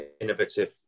innovative